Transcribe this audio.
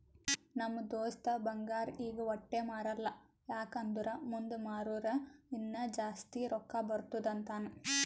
ನಮ್ ದೋಸ್ತ ಬಂಗಾರ್ ಈಗ ವಟ್ಟೆ ಮಾರಲ್ಲ ಯಾಕ್ ಅಂದುರ್ ಮುಂದ್ ಮಾರೂರ ಇನ್ನಾ ಜಾಸ್ತಿ ರೊಕ್ಕಾ ಬರ್ತುದ್ ಅಂತಾನ್